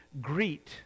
greet